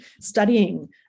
studying